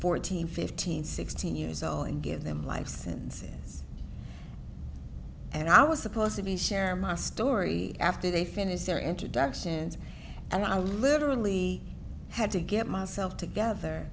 fourteen fifteen sixteen years old and give them life sentences and i was supposed to be share my story after they finished their introductions and i literally had to get myself together